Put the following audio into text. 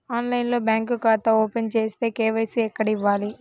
ఆన్లైన్లో బ్యాంకు ఖాతా ఓపెన్ చేస్తే, కే.వై.సి ఎక్కడ ఇవ్వాలి?